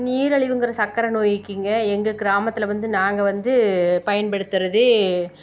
நீரழிவுங்கிற சக்கரை நோய்க்குங்க எங்கள் கிராமத்தில் வந்து நாங்கள் வந்து பயன்படுத்துகிறது